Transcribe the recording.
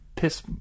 piss